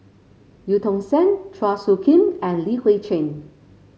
Eu Tong Sen Chua Soo Khim and Li Hui Cheng